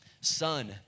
Son